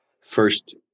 first